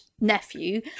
nephew